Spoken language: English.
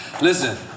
Listen